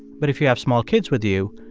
but if you have small kids with you,